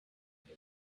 they